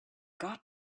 got